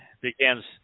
Begins